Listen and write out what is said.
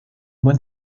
buen